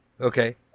Okay